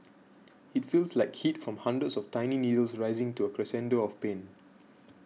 it feels like heat from hundreds of tiny needles rising to a crescendo of pain